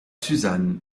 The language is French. susan